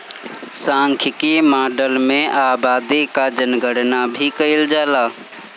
सांख्यिकी माडल में आबादी कअ जनगणना भी कईल जाला